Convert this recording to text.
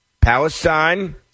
Palestine